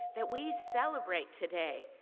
that we celebrate today.